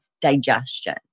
digestion